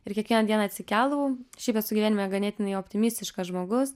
ir kiekvieną dieną atsikeldavau šiaip esu gyvenime ganėtinai optimistiškas žmogus